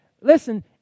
listen